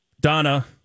Donna